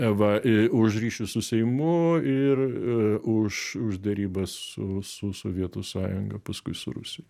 va už ryšius su seimu ir už už derybas su su sovietų sąjunga paskui su rusija